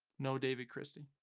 no david christie.